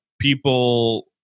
people